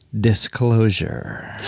Disclosure